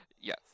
yes